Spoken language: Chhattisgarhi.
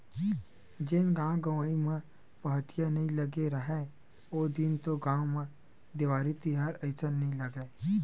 जेन गाँव गंवई म पहाटिया नइ लगे राहय ओ दिन तो गाँव म देवारी तिहार असन नइ लगय,